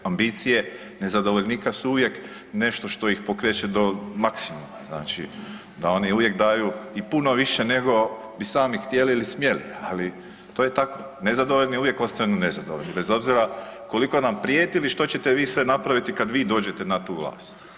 Ambicije nezadovoljnika su uvijek nešto što ih pokreće do maksimuma, znači da oni uvijek daju i puno više bi sami htjeli ili smjeli, ali to je tako, nezadovoljni uvijek ostanu nezadovoljni bez obzira koliko nam prijetili što ćete vi sve napraviti kad vi dođete na tu vlast.